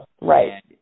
right